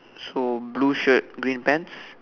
so blue shirt green pants